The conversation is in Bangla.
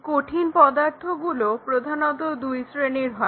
এই কঠিন পদার্থগুলো প্রধানত দুই শ্রেণীর হয়